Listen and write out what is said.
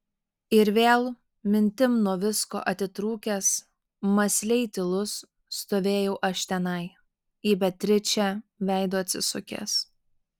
ir vėl mintim nuo visko atitrūkęs mąsliai tylus stovėjau aš tenai į beatričę veidu atsisukęs